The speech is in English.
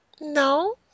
no